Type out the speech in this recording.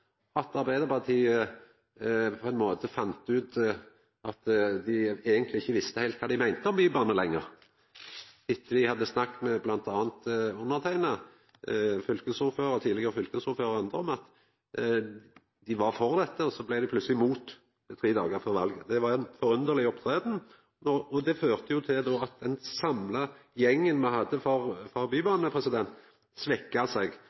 at Arbeidarpartiet fann ut at dei eigentleg ikkje visste heilt kva dei meinte om bybane lenger. Etter at fylkesordførar, altså tidlegare fylkesordførar, og andre hadde snakka med bl.a. underteikna om at dei var for dette, blei dei plutseleg mot tre dagar før valet. Det var ei forunderleg framferd, og det førte til at den samla gjengen me hadde for